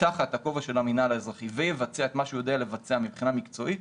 תחת הכובע של המינהל האזרחי ויבצע את מה שהוא יודע לבצע מבחינה מקצועית,